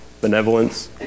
benevolence